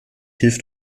hilft